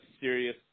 serious